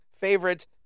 favorite